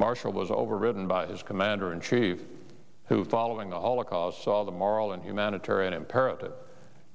marshall was overridden by his commander in chief who following the holocaust saw the moral and humanitarian imperative